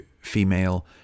Female